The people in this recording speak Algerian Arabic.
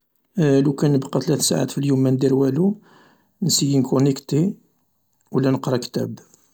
لوكان نبقى ثلث ساعات في اليوم مندير والو، نسيي ننونيكتي ولا نقرا كتاب..